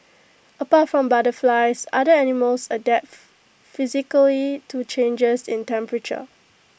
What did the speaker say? apart from butterflies other animals adapt physically to changes in temperature